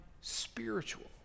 spiritual